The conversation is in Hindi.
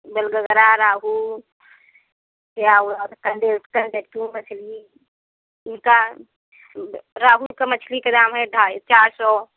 बेल गगरा रोहू रोहू और कंडेत कंडेतू मछली इनका रोहू कइ मछली का दाम है ढाई चार सौ